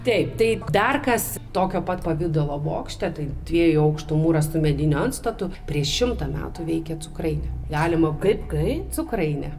taip taip dar kas tokio pat pavidalo bokšte tai dviejų aukštumų rastu mediniu antstatu prieš šimtą metų veikė cukrainė galima kaip kai cukrainę